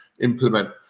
implement